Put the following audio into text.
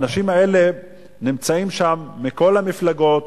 האנשים האלה נמצאים שם מכל המפלגות,